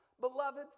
Beloved